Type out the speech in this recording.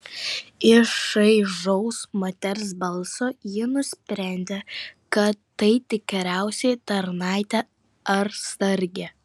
iš šaižaus moters balso ji nusprendė kad tai tikriausiai tarnaitė ar sargė